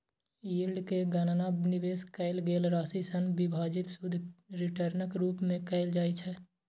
yield के गणना निवेश कैल गेल राशि सं विभाजित शुद्ध रिटर्नक रूप मे कैल जाइ छै